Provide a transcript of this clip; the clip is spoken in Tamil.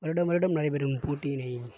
வருடம் வருடம் நடைபெறும் போட்டியினை